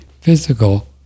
physical